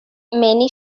many